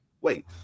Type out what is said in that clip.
wait